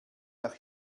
nach